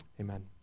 Amen